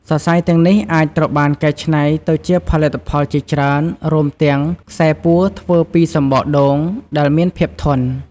សរសៃទាំងនេះអាចត្រូវបានកែច្នៃទៅជាផលិតផលជាច្រើន រួមទាំង ខ្សែពួរធ្វើពីសំបកដូង ដែលមានភាពធន់។